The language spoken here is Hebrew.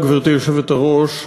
גברתי היושבת-ראש,